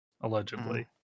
allegedly